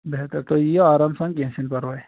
بہتر تُہۍ یِیو آرام سان کیٚنہہ چھُنہٕ پَرواے